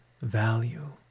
value